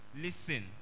Listen